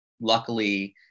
luckily